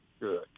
good